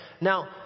Now